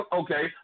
okay